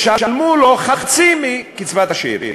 ישלמו לו חצי מקצבת השאירים,